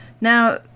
Now